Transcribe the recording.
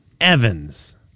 Evans